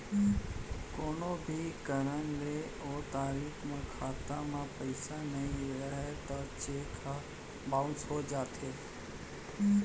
कोनो भी कारन ले ओ तारीख म खाता म पइसा नइ रहय त चेक ह बाउंस हो जाथे